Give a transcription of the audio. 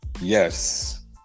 Yes